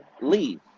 leave